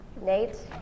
Nate